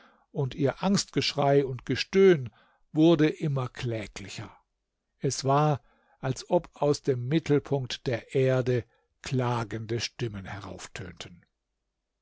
und ihr angstgeschrei und gestöhn wurde immer kläglicher es war als ob aus dem mittelpunkt der erde klagende stimmen